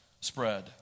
spread